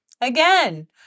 Again